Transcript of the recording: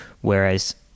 whereas